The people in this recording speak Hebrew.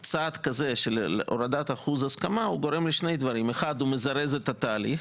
אז צעד של הורדת אחוז ההסכמה גורם לשני דברים: הוא מזרז את התהליך,